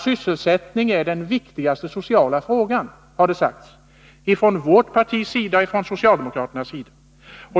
Sysselsättningen är den viktigaste sociala frågan har det sagts ifrån vårt partis sida och från socialdemokraternas sida.